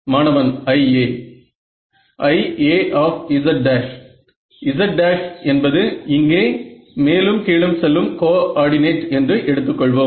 மாணவன் IA IAz z என்பது இங்கே மேலும் கீழும் செல்லும் கோஆர்டினேட் என்று எடுத்துக்கொள்வோம்